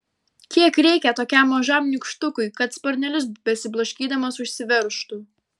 kiek reikia tokiam mažam nykštukui kad sparnelius besiblaškydamas užsiveržtų